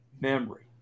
memory